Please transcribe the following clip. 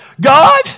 God